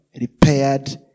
repaired